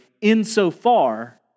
insofar